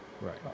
Right